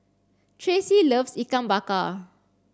Traci loves Ikan Bakar